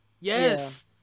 Yes